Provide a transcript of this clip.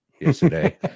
yesterday